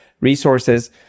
resources